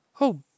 Oh